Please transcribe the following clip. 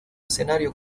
escenario